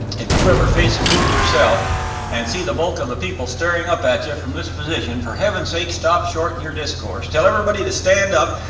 if you ever face a group yourself and see the bulk of the people staring up at you from this position for heaven's sake stop short and your discourse, tell everybody to stand up,